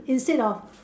instead of